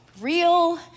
real